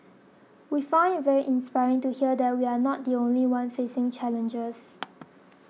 we found it very inspiring to hear that we are not the only one facing challenges